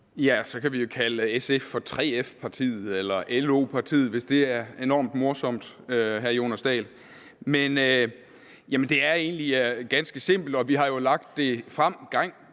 Så kan vi jo kalde SF for 3F-partiet eller LO-partiet, hvis det er enormt morsomt. Det er egentlig ganske simpelt, og vi har jo gang på gang